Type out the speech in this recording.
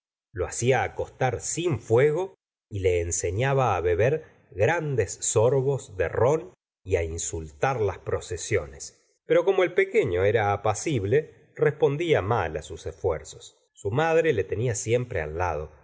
lo hacía acostar sin fuego y le enseñaba beber grandes sorbos de ron y insultar las procesiones pero como el pequeño era apacible respondía mal sus esfuerzos su madre le tenía siempre al lado